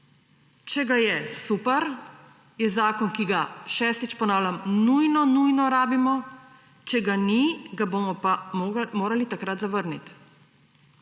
Če ga je, super, je zakon, ki ga – šestič ponavljam – nujno nujno rabimo; če ga ni, ga bomo pa morali takrat zavrniti.